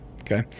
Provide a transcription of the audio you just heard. okay